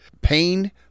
Pain